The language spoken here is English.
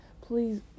please